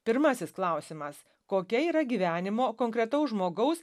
pirmasis klausimas kokia yra gyvenimo konkretaus žmogaus